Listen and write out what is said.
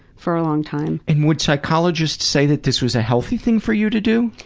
for a long time. and would psychologists say that this was a healthy thing for you to do.